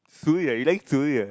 so yeah you like so yeah